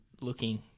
looking